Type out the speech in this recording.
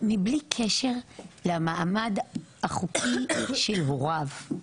מבלי קשר למעמד החוקי של הוריו.